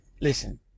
Listen